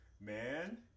man